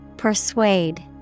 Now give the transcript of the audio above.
Persuade